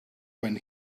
when